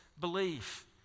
belief